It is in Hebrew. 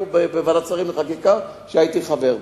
בוועדת השרים לחקיקה שהייתי חבר בה.